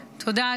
תודה.